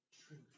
truth